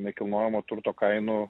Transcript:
nekilnojamo turto kainų